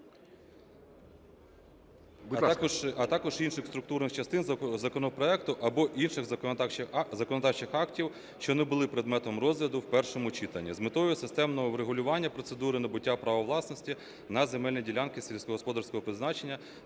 А також інших структурних частин законопроекту або інших законодавчих актів, що не були предметом розгляду в першому читанні, з метою системного врегулювання процедури набуття права власності на земельні ділянки сільськогосподарського призначення